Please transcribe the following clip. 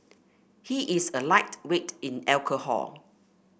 he is a lightweight in alcohol